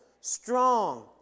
strong